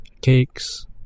cakes